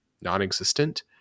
non-existent